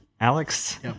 Alex